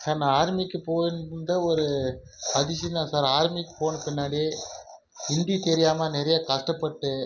sir நான் ஆர்மிக்கு போயிருந்த ஒரு அதிசயம் தான் சார் ஆர்மிக்கு போன பின்னாடி ஹிந்தி தெரியாமல் நிறையா கஷ்டப்பட்டு